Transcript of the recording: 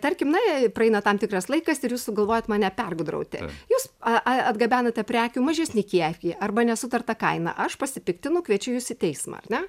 tarkim na praeina tam tikras laikas ir jūs sugalvojot mane pergudrauti jūs atgabenate prekių mažesnį kiekį arba nesutarta kaina aš pasipiktinu kviečiu jus į teismą ar ne